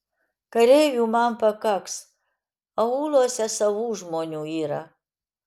kareivių man pakaks aūluose savų žmonių yra